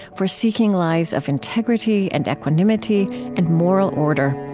for seeking lives of integrity and equanimity and moral order.